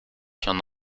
qu’un